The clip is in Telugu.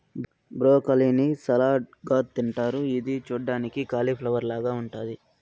బ్రోకలీ ని సలాడ్ గా తింటారు ఇది చూడ్డానికి కాలిఫ్లవర్ లాగ ఉంటాది